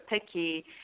picky